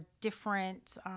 different